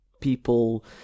people